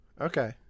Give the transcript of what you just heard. Okay